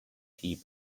tea